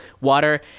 Water